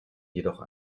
jedoch